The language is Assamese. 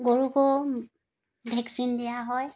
গৰুকো ভেকচিন দিয়া হয়